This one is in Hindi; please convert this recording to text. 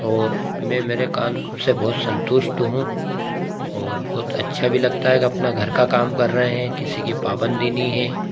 और मैं मेरे काम से बहुत संतुष्ट हूँ और बहुत अच्छा भी लगता है कि अपना घर का काम कर रहे हैं किसी की पाबंदी नहीं है